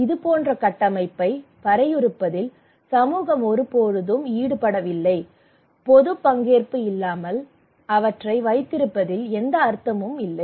ஆனால் இதுபோன்ற கட்டமைப்பை வரையறுப்பதில் சமூகம் ஒருபோதும் ஈடுபடவில்லை பொது பங்கேற்பு இல்லாமல் அவற்றை வைத்திருப்பதில் எந்த அர்த்தமும் இல்லை